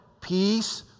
peace